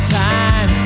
time